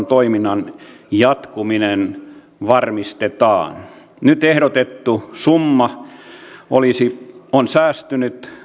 toiminnan jatkuminen varmistetaan nyt ehdotettu summa on säästynyt